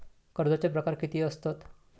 कर्जाचे प्रकार कीती असतत?